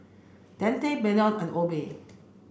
Dante Peyton and Obe